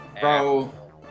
Bro